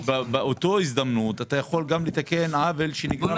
אבל באותה הזדמנות אתה יכול גם לתקן עוול שנגרם לסוכני ביטוח.